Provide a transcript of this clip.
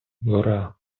гора